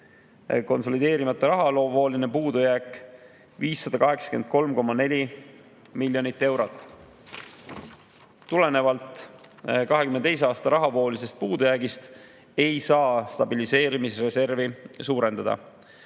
konsolideerimata rahavooline puudujääk 583,4 miljonit eurot. Tulenevalt 2022. aasta rahavoolisest puudujäägist ei saa stabiliseerimisreservi suurendada.